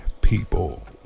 people